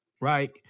right